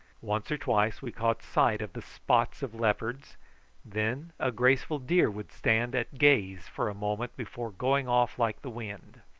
once or twice we caught sight of the spots of leopards then a graceful deer would stand at gaze for a moment before going off like the wind.